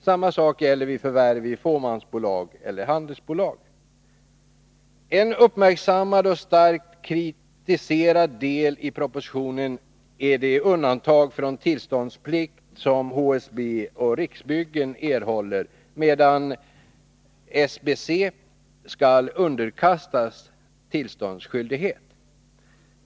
Samma sak gäller vid förvärv i fåmansbolag eller handelsbolag. En uppmärksammad och starkt kritiserad del i propositionen är det undantag från tillståndsplikt som HSB och Riksbyggen erhåller, medan SBC skall underkastas tillståndsskyldighet.